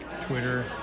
Twitter